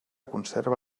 conserva